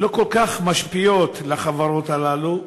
לא כל כך משפיעה על החברות הללו,